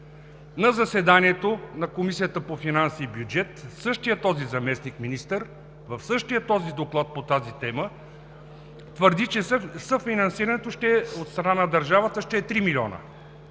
На заседанието на Комисията по финанси и бюджет същият този заместник-министър в същия този доклад по тази тема твърди, че съфинансирането от страна на държавата ще е три милиона.